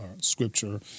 scripture